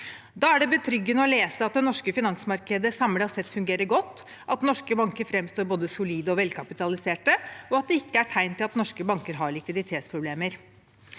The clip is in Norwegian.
Da er det betryggende å lese at det norske finansmarkedet samlet sett fungerer godt, at norske banker framstår både solide og velkapitaliserte, og at det ikke er tegn til at norske banker har likviditetsproblemer.